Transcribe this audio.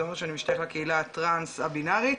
זה אומר שאני משתייך הטראנס הבינארית,